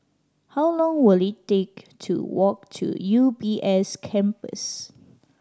how long will it take to walk to U B S Campus